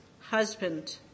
husband